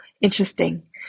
interesting